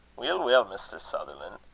weel, weel, mr. sutherlan',